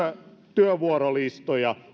työvuorolistoja